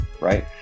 right